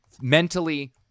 mentally